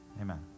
Amen